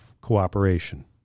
cooperation